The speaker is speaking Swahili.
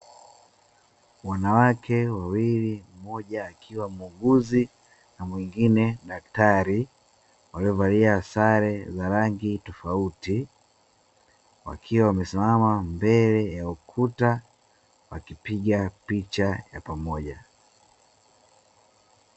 Wanawake wawili mmoja akiwa muuguzi na mwingine daktari, waliovalia sare za rangi tofauti wakiwa wamesimama mbele ya ukuta wakipiga picha ya pamoja.